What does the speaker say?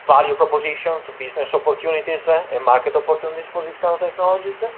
value propositions, business opportunities ah and market opportunities for these kind of technologies, and